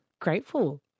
grateful